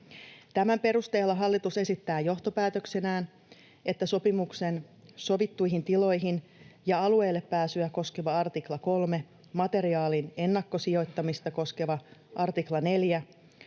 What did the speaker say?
Tämän perusteella hallitus esittää johtopäätöksenään, että sopimuksen sovittuihin tiloihin ja alueille pääsyä koskeva 3 artikla, materiaalin ennakkosijoittamista koskeva 4 artikla,